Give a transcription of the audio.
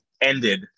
ended